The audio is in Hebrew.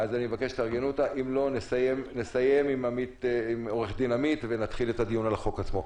אם היא לא תהיה נסיים עם עורכת דין עמית ונתחיל את הדיון על החוק עצמו.